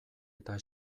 eta